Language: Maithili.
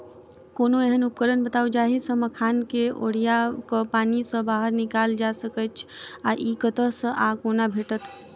कोनों एहन उपकरण बताऊ जाहि सऽ मखान केँ ओरिया कऽ पानि सऽ बाहर निकालल जा सकैच्छ आ इ कतह सऽ आ कोना भेटत?